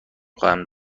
خواهم